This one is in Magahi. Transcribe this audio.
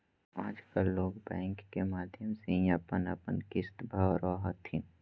आजकल लोग बैंक के माध्यम से ही अपन अपन किश्त भरो हथिन